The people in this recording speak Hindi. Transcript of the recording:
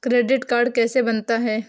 क्रेडिट कार्ड कैसे बनता है?